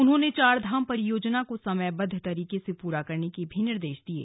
उन्होंने चारधाम परियोजना को समयबद्ध तरीके से पूरा करने के निर्देश दिये